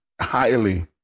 highly